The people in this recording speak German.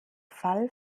fall